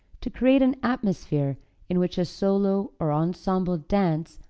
to create an atmosphere in which a solo or ensemble dance,